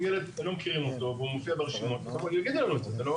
אם ילד לא מכירים אותו והוא מופיע ברשימות הם יגידו לנו את זה.